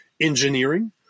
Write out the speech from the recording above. engineering